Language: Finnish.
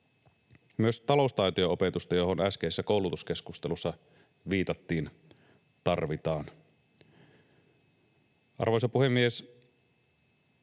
Myös taloustaitojen opetusta, johon äskeisessä koulutuskeskustelussa viitattiin, tarvitaan. Arvoisa puhemies!